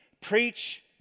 Preach